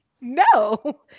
no